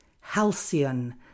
Halcyon